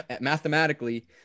mathematically